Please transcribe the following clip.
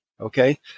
okay